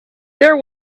there